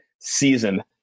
season